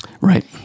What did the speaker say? Right